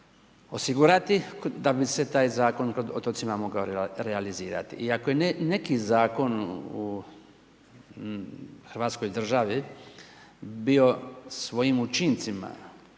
osigurati da bi se taj Zakon o otocima mogao realizirati. I ako je neki Zakon u hrvatskoj državi bio svojim učincima